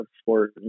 sport